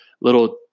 little